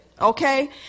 Okay